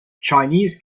chinese